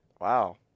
Wow